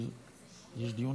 טלי,